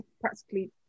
practically